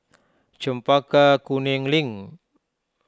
Chempaka Kuning Link